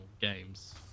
games